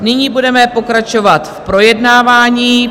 Nyní budeme pokračovat v projednávání.